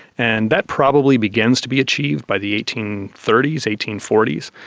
and that probably begins to be achieved by the eighteen thirty s, eighteen forty s.